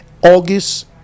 August